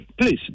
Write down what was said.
please